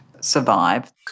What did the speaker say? survive